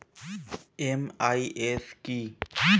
MIS কি?